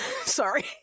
Sorry